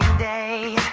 day